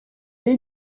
est